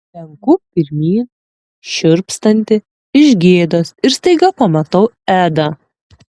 slenku pirmyn šiurpstanti iš gėdos ir staiga pamatau edą